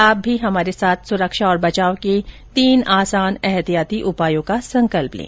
आप भी हमारे साथ सुरक्षा और बचाव के तीन आसान एहतियाती उपायों का संकल्प लें